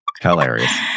Hilarious